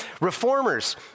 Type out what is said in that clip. reformers